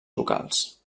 locals